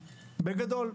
בגדול,